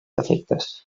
efectes